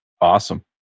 awesome